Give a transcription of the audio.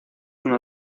uno